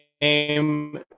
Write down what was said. game